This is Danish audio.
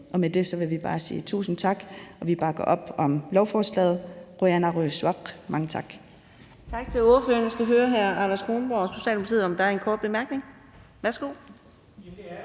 Med det vil vi bare sige tusind tak, og at vi bakker op om lovforslaget.